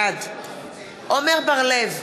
בעד עמר בר-לב,